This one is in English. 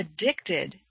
addicted